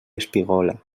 espigola